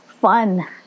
fun